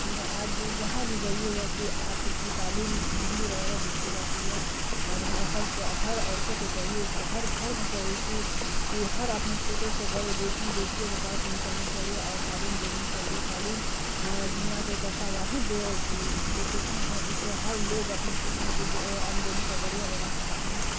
آج جہاں بھی جائیے گا کہ آپ کی تعلیم ڈگری وغیرہ دیکھی جاتی ہے اور ہر ہر چا عورتوں کو چاہیے کہ ہر گھر میں چاہیے کہ کہ ہر اپنے چھوٹے سے بڑے بیٹی بیٹیوں میں فرق نہیں کرنی چاہیے اور تعلیم دینی چاہیے تعلیم دنیا کا ایک ایسا واحد پروفیشن ہے جسے ہر لوگ اپنے کچھ نہ کچھ آمدنی کا ذریعہ بنا سکتے ہیں